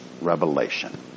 revelation